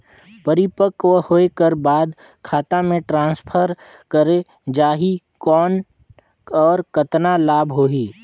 परिपक्व होय कर बाद खाता मे ट्रांसफर करे जा ही कौन और कतना लाभ होही?